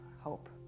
hope